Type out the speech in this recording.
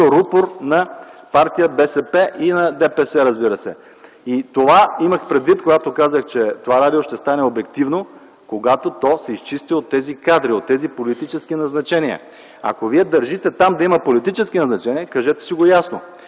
рупор на БСП. И на ДПС, разбира се. Това имах предвид, когато казах, че това радио ще стане обективно, когато то се изчисти от тези кадри, от тези политически назначения. Ако вие държите там да има политически назначения, кажете се го ясно.